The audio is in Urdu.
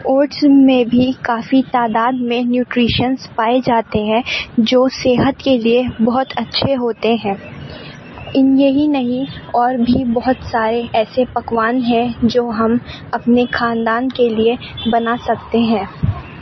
اوٹس میں بھی کافی تعداد میں نیوٹریشنس پائے جاتے ہیں جو صحت کے لیے بہت اچھے ہوتے ہیں ان یہی نہیں اور بھی بہت سارے ایسے پکوان ہیں جو ہم اپنے خاندان کے لیے بنا سکتے ہیں